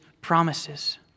promises